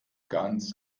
ganz